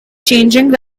changing